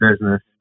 business